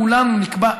כולנו נקבע,